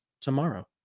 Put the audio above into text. tomorrow